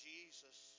Jesus